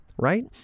right